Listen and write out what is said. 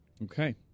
Okay